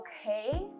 okay